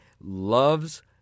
loves